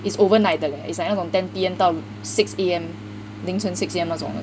it's overnight 的 leh it's like 那种 ten P_M 到 six A_M 凌晨 six A_M 那种的